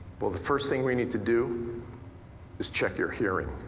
well, the first thing we need to do is check your hearing.